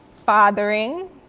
fathering